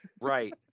Right